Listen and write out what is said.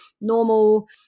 normal